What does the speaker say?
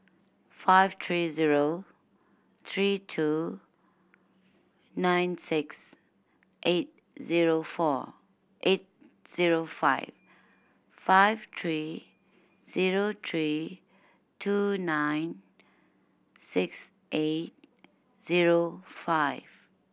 five three zero three two nine six eight zero four eight zero five five three zero three two nine six eight zero five